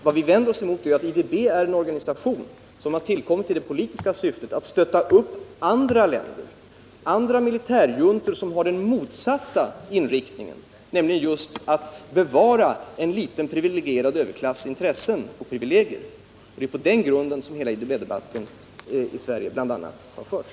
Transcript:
Vad vi vänder oss emot är att IDB är en organisation som har tillkommit i det politiska syftet att stötta militärjuntor som har den motsatta inriktningen, nämligen just att bevara överklassens privilegier. Det är på den grunden som hela IDB-debatten, bl.a. i Sverige, har förts.